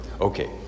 okay